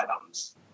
items